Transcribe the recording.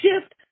shift